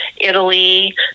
Italy